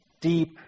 deep